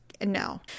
no